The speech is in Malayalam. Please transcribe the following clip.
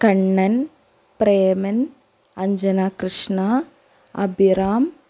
കണ്ണന് പ്രേമന് അഞ്ജനകൃഷ്ണ അഭിറാം